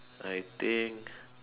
I think